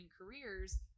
careers